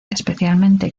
especialmente